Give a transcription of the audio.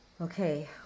Okay